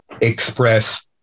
express